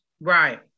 Right